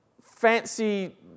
fancy